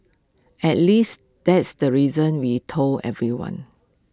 at least that's the reason we told everyone